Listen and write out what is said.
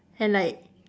and like